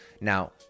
Now